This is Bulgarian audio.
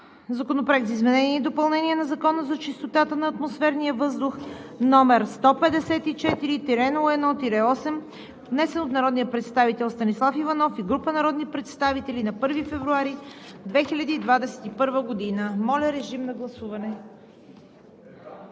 Законопроект за изменение и допълнение на Закона за чистотата на атмосферния въздух, № 154-01-8, внесен от народния представител Станислав Иванов и група народни представители на 1 февруари 2021 г. Гласували